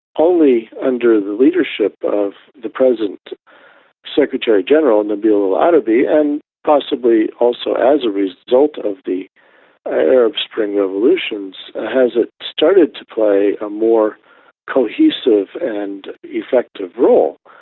only under the leadership of the present secretary-general, nabil elaraby, and possibly also as a result of the arab spring revolutions, has it started to play a more cohesive and effective role.